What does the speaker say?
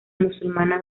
musulmana